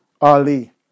Ali